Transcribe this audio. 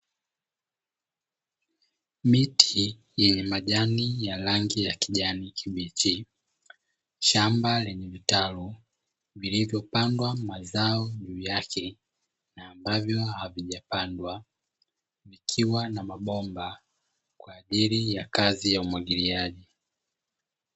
Miti yenye majani ya rangi ya kijani kibichi. Shamba lenye Vitalu vilivyopandwa mazao juu yake na ambavyo havijapandwa vikiwa na mabomba kwa ajili ya kazi ya umwagiliaji.